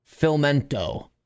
Filmento